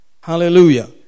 Hallelujah